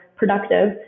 productive